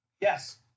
Yes